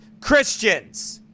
Christians